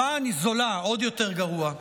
זולה, עוד יותר גרוע.